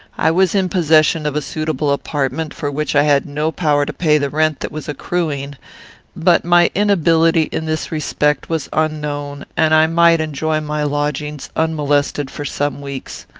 i was in possession of a suitable apartment, for which i had no power to pay the rent that was accruing but my inability in this respect was unknown, and i might enjoy my lodgings unmolested for some weeks.